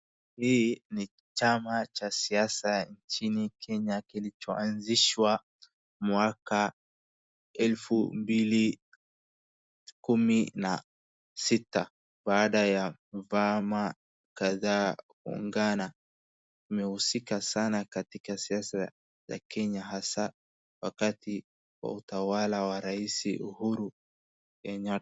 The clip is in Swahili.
Hii ni chama cha siasa nchini Kenya kilochoanzishwa mwaka elfu mbili kumi na sita baada ya vyama kadhaa kuungana. Kimehusika sana katika siasa ya Kenya asa wakati wa utawala wa rais Uhuru Kenyatta.